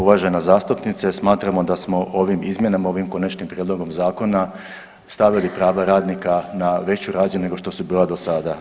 Uvažena zastupnice, smatramo da smo ovim izmjenama, ovim konačnim prijedlogom zakona stavili prava radnika na veću razinu nego što su bila dosada.